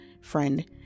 friend